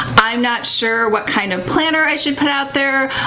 i'm not sure what kind of planner i should put out there.